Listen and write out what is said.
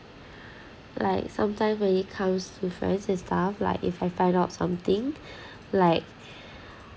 like sometime when it comes to friends and stuff like if I find out something like